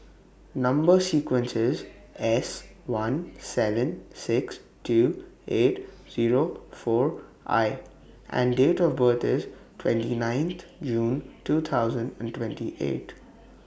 Number sequence IS S one seven six two eight Zero four I and Date of birth IS twenty nine June two thousand and twenty eight